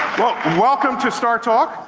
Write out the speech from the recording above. well, welcome to startalk.